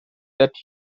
that